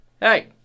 hey